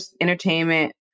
entertainment